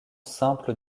simple